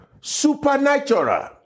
Supernatural